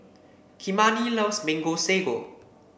Kymani loves Mango Sago